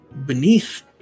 Beneath